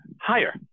higher